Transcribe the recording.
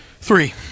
Three